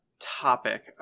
topic